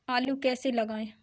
आलू कैसे लगाएँ?